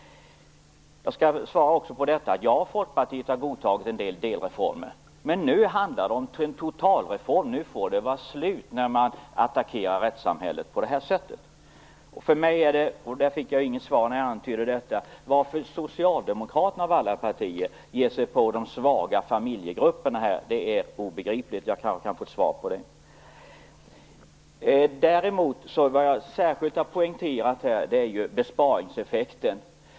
Jag skall svara också på en annan sak. Det är sant att Folkpartiet har godtagit en del delreformer, men nu handlar det om en totalreform. Nu får det vara slut när man attackerar rättssamhället på det här sättet. För mig är det, och jag fick inget svar när jag antydde detta, obegripligt att Socialdemokraterna av alla partier ger sig på de svaga familjegrupperna. Jag kanske kan få svar på det. Vad jag särskilt har poängterat är besparingseffekten.